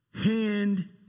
hand